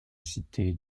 cité